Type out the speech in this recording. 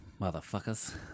motherfuckers